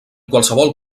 qualsevol